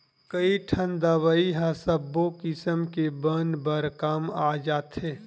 कइठन दवई ह सब्बो किसम के बन बर काम आ जाथे